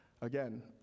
again